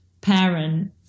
parent